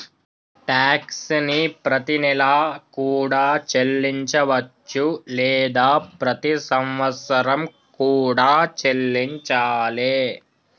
tax ని ప్రతినెలా కూడా చెల్లించవచ్చు లేదా ప్రతి సంవత్సరం కూడా చెల్లించాలే